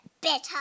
better